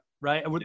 right